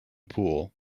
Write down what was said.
pool